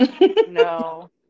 No